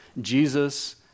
Jesus